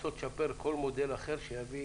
לנסות לשפר כל מודל אחר שיביא